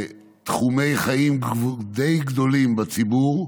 בתחומי חיים די גדולים בציבור,